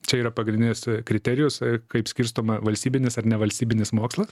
čia yra pagrindinis kriterijus kaip skirstoma valstybinis ar nevalstybinis mokslas